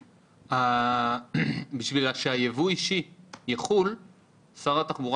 בשביל שהייבוא האישי יחול שר התחבורה